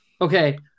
Okay